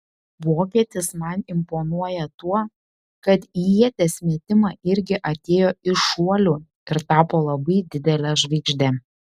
vokietis man imponuoja tuo kad į ieties metimą irgi atėjo iš šuolių ir tapo labai didele žvaigžde